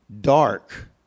dark